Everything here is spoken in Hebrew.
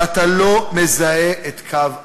ואתה לא מזהה את קו החוף.